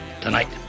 tonight